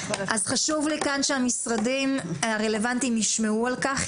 אז חשוב לי כאן שהמשרדים הרלוונטיים ישמעו על כך,